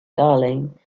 darling